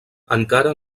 encara